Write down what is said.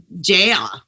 Jail